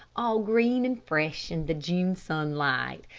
all green and fresh in the june sunlight.